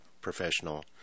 professional